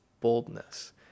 boldness